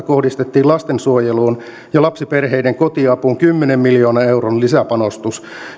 kohdistettiin lastensuojeluun ja lapsiperheiden kotiapuun kymmenen miljoonan euron lisäpanostus